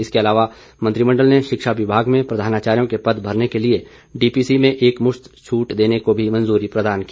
इसके अलावा मंत्रिमंडल ने शिक्षा विभाग में प्रधानाचार्यों के पद भरने के लिए डीपीसी में एकमुश्त छूट देने को भी मंजूरी प्रदान की